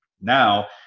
now